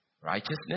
Righteousness